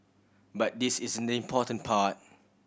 but this isn't the important part